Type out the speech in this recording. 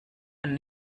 and